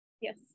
Yes